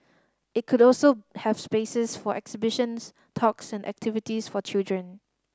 it could also have spaces for exhibitions talks and activities for children